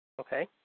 Okay